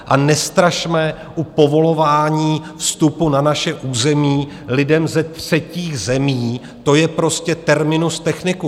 A nestrašme u povolování vstupu na naše území lidem ze třetích zemí, to je prostě terminus technicus.